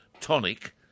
tonic